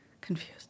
confused